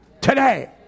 Today